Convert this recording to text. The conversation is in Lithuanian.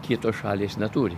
kitos šalys neturi